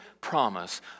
promise